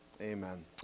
Amen